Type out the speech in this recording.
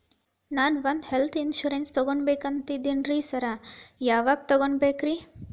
ನಾನ್ ಒಂದ್ health insurance ತಗಬೇಕಂತಿದೇನಿ sir ಯಾವದ ತಗಬೇಕ್ರಿ?